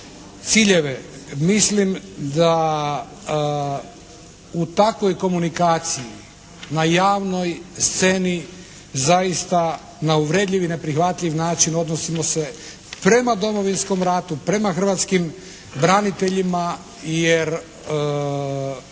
Mislim da u takvoj komunikaciji na javnoj sceni zaista na uvredljiv i neprihvatljiv način odnosimo se prema Domovinskom ratu, prema hrvatskim braniteljima jer